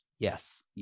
Yes